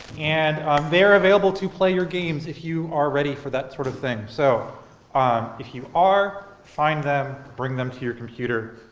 and they're available to play your games if you are ready for that sort of thing. so um if you are, find them, bring them to your computer,